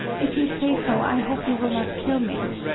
if you say so, i hope you will not kill me.